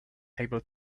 able